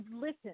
listen